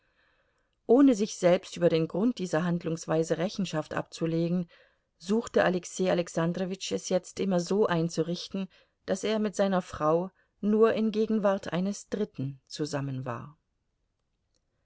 ohne sich selbst über den grund dieser handlungsweise rechenschaft abzulegen suchte alexei alexandrowitsch es jetzt immer so einzurichten daß er mit seiner frau nur in gegenwart eines dritten zusammen war